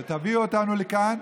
ותביא אותנו לכאן,